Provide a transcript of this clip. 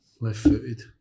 Left-footed